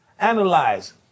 Analyze